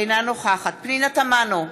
אינה נוכחת פנינה תמנו,